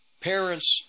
Parents